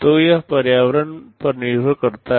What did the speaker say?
तो यह पर्यावरण पर निर्भर करता है